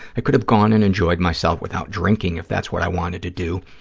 i could have gone and enjoyed myself without drinking if that's what i wanted to do.